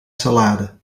salade